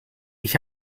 ich